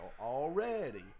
already